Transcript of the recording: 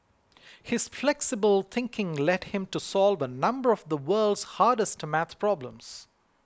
his flexible thinking led him to solve a number of the world's hardest math problems